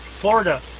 Florida